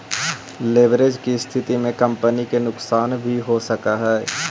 leverage के स्थिति में कंपनी के नुकसान भी हो सकऽ हई